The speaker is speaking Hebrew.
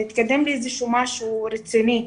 נתקדם לאיזשהו משהו רציני.